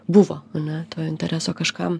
buvo ar ne to intereso kažkam